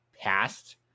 passed